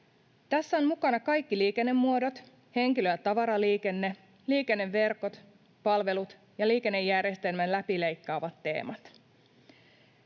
Tässä ovat mukana kaikki liikennemuodot, henkilö- ja tavaraliikenne, liikenneverkot, palvelut ja liikennejärjestelmän läpileikkaavat teemat.